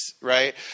right